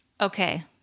Okay